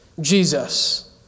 Jesus